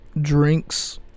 drinks